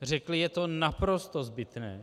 Řekli: je to naprosto zbytné.